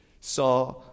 Saw